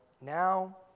now